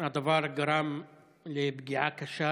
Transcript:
הדבר גרם לפגיעה קשה